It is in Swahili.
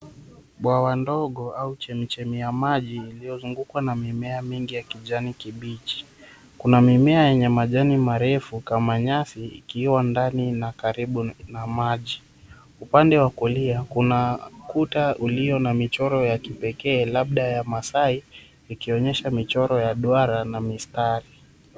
Bwawa ndogo au chemichemi ya maji iliyozungukwa na mimea mingi ya kijani kibichi. Kuna mimea yenye majani marefu kama nyasi ikiwa ndani na karibu na maji. Upande wa kulia kuna kuta uliyo na michoro ya kipekee labda ya maasai ikionyesha michoro ya duara na mistari.